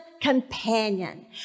companion